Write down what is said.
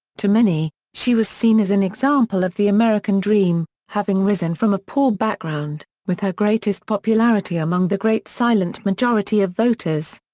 to many, she was seen as an example of the american dream, having risen from a poor background, with her greatest popularity among the great silent majority of voters.